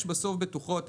יש בסוף בטוחות.